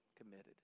committed